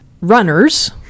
runners